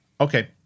Okay